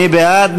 מי בעד?